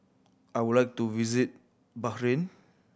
I would like to visit Bahrain